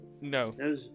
no